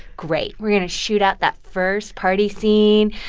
great. we're going to shoot out that first party scene.